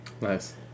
Nice